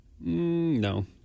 No